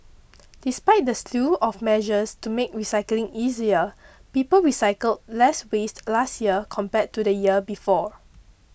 despite the slew of measures to make recycling easier people recycled less waste last year compared to the year before